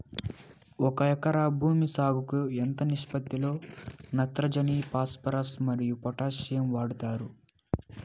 ఒక ఎకరా భూమి సాగుకు ఎంత నిష్పత్తి లో నత్రజని ఫాస్పరస్ మరియు పొటాషియం వాడుతారు